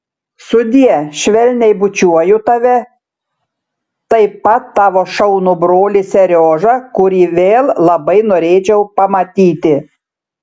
sudie švelniai bučiuoju tave taip pat tavo šaunų brolį seriožą kurį vėl labai norėčiau pamatyti